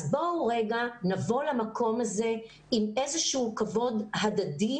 אז בואו רגע, נבוא למקום הזה עם איזשהו כבוד הדדי,